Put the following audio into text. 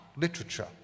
literature